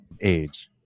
age